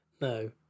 No